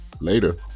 later